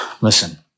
Listen